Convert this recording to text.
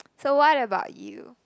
so what about you